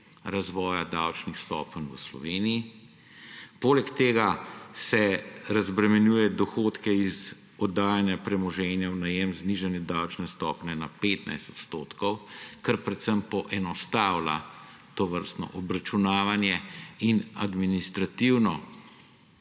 razvoja davčnih stopenj v Sloveniji. Poleg tega se razbremenjuje dohodke iz oddajanja premoženja v najem, znižanje davčne stopnje na 15 odstotkov, kar predvsem poenostavlja tovrstno obračunavanje in administrativno